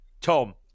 Tom